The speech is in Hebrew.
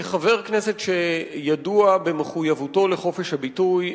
כחבר כנסת המחויב לחופש הביטוי,